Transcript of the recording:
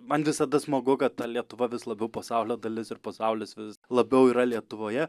man visada smagu kad ta lietuva vis labiau pasaulio dalis ir pasaulis vis labiau yra lietuvoje